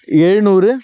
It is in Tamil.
ஏழுநூறு